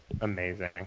amazing